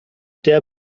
der